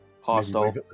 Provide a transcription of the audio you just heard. hostile